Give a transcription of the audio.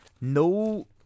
No